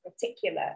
particular